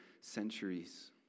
centuries